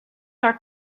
are